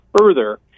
further